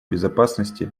безопасности